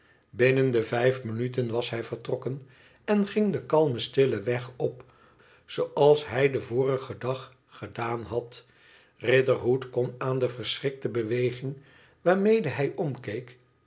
binnen de vijf minuten was hij vertrokken en ging den kalmen stillen weg op zooals hij den vorigen dag gedaan had riderhood kon aan de verschrikte beweging waarmede hij omkeek